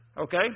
okay